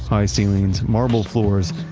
high ceilings, marble floors,